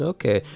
Okay